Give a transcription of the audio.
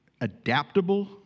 adaptable